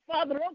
Father